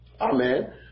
Amen